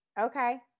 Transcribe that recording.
Okay